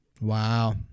wow